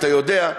אתה יודע,